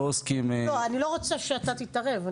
לא, אני לא רוצה שאתה תתערב.